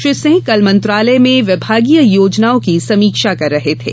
श्री सिंह कल मंत्रालय में विभागीय योजनाओं की समीक्षा कर रहे थे